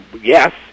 yes